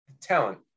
talent